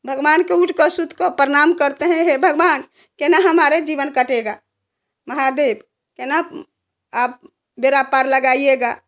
भगवान को उठकर शुद्ध को प्रणाम करते हैं हे भगवान केन्हा हमारा जीवन कटेगा महादेव के ना आप बेड़ा पार लगाइएगा